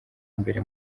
mbere